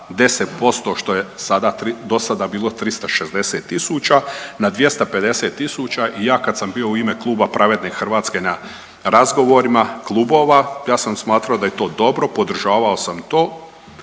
10% što je sada, do sada bilo 360000 na 250000 i ja kad sam bio u ime Kluba Pravedne Hrvatske na razgovorima klubova ja sam smatrao da je to dobro, podržavao sam to.